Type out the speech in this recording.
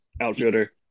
outfielder